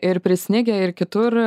ir prisnigę ir kitur